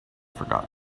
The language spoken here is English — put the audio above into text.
forgotten